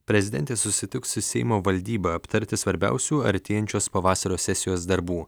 prezidentė susitiks su seimo valdyba aptarti svarbiausių artėjančios pavasario sesijos darbų